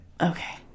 Okay